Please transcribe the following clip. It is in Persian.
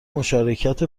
مشارکت